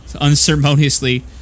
unceremoniously